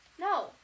No